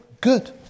good